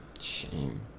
shame